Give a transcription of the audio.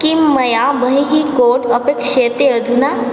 किं मया बहिः कोट् अपेक्ष्यते अधुना